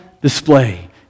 display